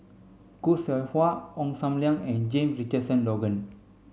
Khoo Seow Hwa Ong Sam Leong and James Richardson Logan